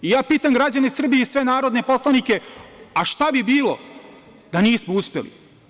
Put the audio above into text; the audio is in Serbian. Ja pitam građane Srbije i sve narodne poslanike šta bi bilo da nismo uspeli?